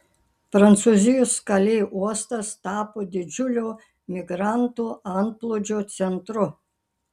prancūzijos kalė uostas tapo didžiulio migrantų antplūdžio centru